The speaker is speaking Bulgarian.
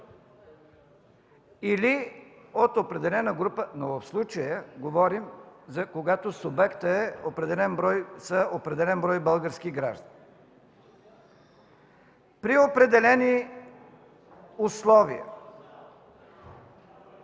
Или от определена група, но в случая говорим за тогава, когато субектът е определен брой български граждани. При определени условия